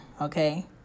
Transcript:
okay